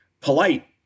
polite